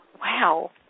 Wow